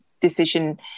decision